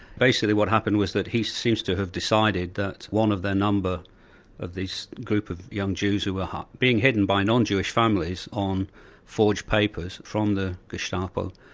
basically what happened was that he seems to have decided that one of their number of this group of young jews who were being hidden by non-jewish families on forged papers from the gestapo,